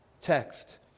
text